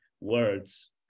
words